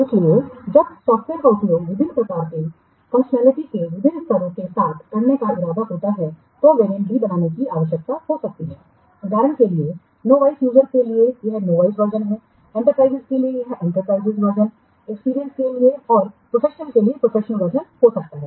इसलिए जब सॉफ्टवेयर का उपयोग विभिन्न प्रकार के फंक्शनैलिटीस के विभिन्न स्तरों के साथ करने का इरादा होता है तो वेरिएंट भी बनाने की आवश्यकता हो सकती है उदाहरण के लिए नोवाइस यूजरओं के लिए यह नोवाइस वर्जन है इंटरप्राइजेज के लिए यह इंटरप्राइजेज वर्जन एक्सपीरियंस के लिए और प्रोफेशनल के लिए प्रोफेशनल वर्जन हो सकता है